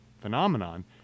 phenomenon